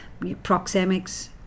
proxemics